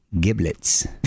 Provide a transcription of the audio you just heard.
giblets